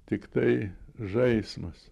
tiktai žaismas